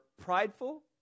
prideful